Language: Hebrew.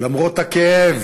למרות הכאב,